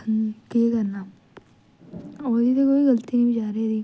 केह् करना ओह्दी ते कोई गलती नी बेचारे दी